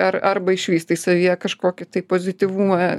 ar arba išvystai savyje kažkokį pozityvumą